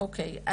אוקיי,